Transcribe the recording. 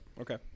okay